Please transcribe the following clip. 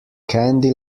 candy